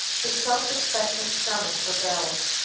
his self-respecting stomach rebels,